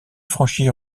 franchir